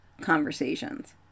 conversations